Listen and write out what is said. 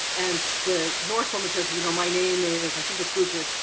and the norse woman says, you know, my name and is i think it's gertrude.